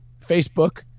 Facebook